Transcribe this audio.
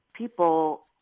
People